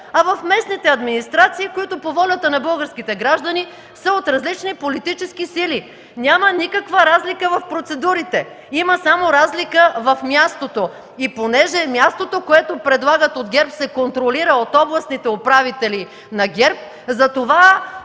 а в местните администрации, които по волята на българските граждани са от различни политически сили. Няма никаква разлика в процедурите. Има само разлика в мястото. Понеже мястото, което предлагат от ГЕРБ се контролира от областните управители на ГЕРБ, затова